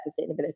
sustainability